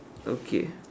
okay